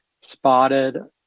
spotted